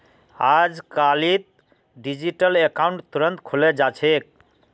अजकालित digital account तुरंत खुले जा छेक